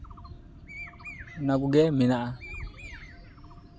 ᱚᱱᱟ ᱠᱚᱜᱮ ᱢᱮᱱᱟᱜᱼᱟ